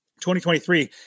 2023